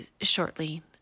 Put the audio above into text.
shortly